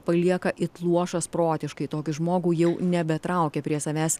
palieka it luošas protiškai tokį žmogų jau nebe traukia prie savęs